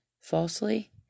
falsely